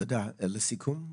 תודה, לסיכום?